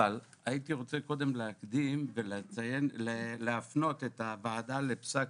הייתי רוצה קודם להקדים ולהפנות את הוועדה לפסק